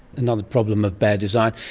another problem of bad design.